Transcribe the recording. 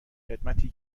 خدمتی